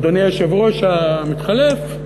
אדוני היושב-ראש המתחלף,